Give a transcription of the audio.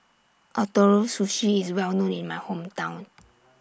Ootoro Sushi IS Well known in My Hometown